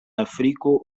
afriko